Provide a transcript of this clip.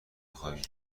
بخوابی